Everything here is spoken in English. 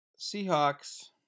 Seahawks